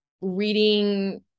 reading